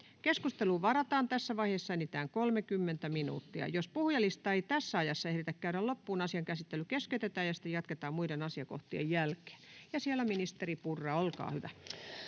Keskusteluun varataan tässä vaiheessa enintään 30 minuuttia. Jos puhujalistaa ei tässä ajassa ehditä käydä loppuun, asian käsittely keskeytetään ja sitä jatketaan muiden asiakohtien jälkeen. — Ministeri Purra, olkaa hyvä.